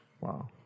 Wow